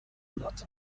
داد